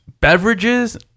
beverages